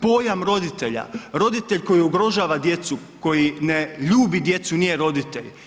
Pojam roditelja, roditelj koji ugrožava djecu koji ne ljubi djecu nije roditelj.